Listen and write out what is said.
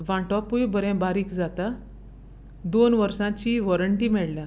वांटपूय बरें बारीक जाता दोन वर्सांची वॉरंटी मेळ्ळ्या